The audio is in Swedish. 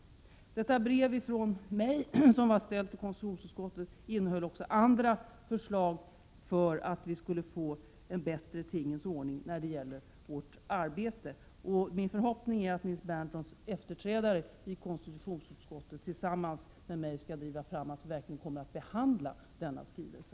Brevet härom från mig, som var ställt till konstitutionsutskottet, innehöll också andra förslag för att vi skulle få en bättre tingens ordning när det gäller vårt arbete. Och min förhoppning är att Nils Berndtsons efterträdare i konstitutionsutskottet tillsammans med mig verkligen skall driva fram en behandling av denna skrivelse.